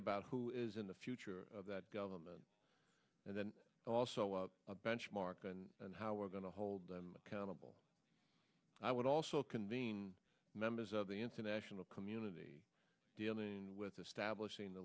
about who is in the future of that government and then also of a benchmark and and how we're going to hold them accountable i would also convene members of the international community dealing with establishing the